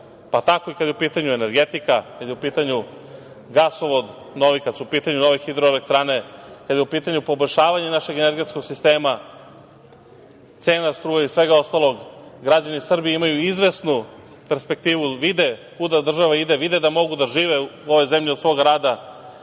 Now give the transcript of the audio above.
Pa, tako i kada je u pitanju energetika, kada je u pitanju gasovod, kada su u pitanju nove hidroelektrane, kada je u pitanju poboljšavanje našeg energetskog sistema, cena struje i svega ostalog. Građani Srbije imaju izvesnu perspektivu, vide kuda država ide, vide da mogu da žive u ovoj zemlji od svoga rada,